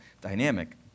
dynamic